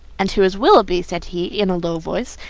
and who is willoughby? said he, in a low voice,